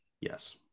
Yes